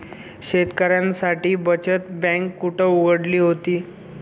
शेतकऱ्यांसाठी बचत बँक कुठे उघडली होती?